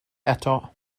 eto